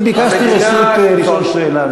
אני ביקשתי רשות לשאול שאלה,